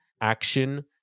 action